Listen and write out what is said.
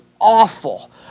awful